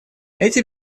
эти